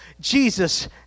Jesus